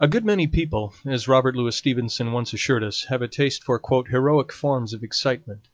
a good many people, as robert louis stevenson once assured us, have a taste for heroic forms of excitement